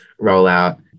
rollout